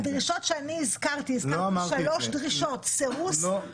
-- הדרישות שאני הזכרתי הזכרתי שלוש דרישות: -- לא אמרתי את זה.